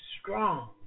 strong